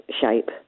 shape